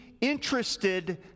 interested